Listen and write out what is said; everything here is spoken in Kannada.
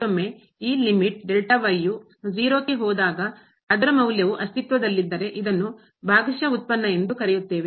ಮತ್ತೊಮ್ಮೆ ಈ ಲಿಮಿಟ್ ಮಿತಿ ಯು 0 ಕ್ಕೆ ಹೋದಾಗ ಅದರ ಮೌಲ್ಯವು ಅಸ್ತಿತ್ವದಲ್ಲಿದ್ದರೆ ಇದನ್ನು ಭಾಗಶಃ ಉತ್ಪನ್ನ ಎಂದು ಕರೆಯುತ್ತೇವೆ